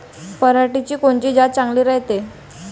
पऱ्हाटीची कोनची जात चांगली रायते?